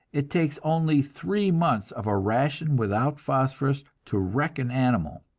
it takes only three months of a ration without phosphorus to wreck an animal.